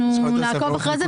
אנחנו נעקוב אחר זה.